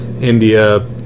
India